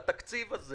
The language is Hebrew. התקציב הזה